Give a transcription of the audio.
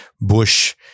Bush